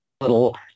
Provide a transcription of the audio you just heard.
little